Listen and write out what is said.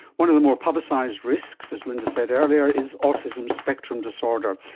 one of the more publicised risks, as linda said earlier, is autism spectrum disorder,